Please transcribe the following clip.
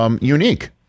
Unique